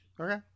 Okay